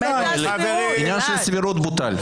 העניין של הסבירות בוטל.